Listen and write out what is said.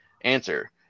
Answer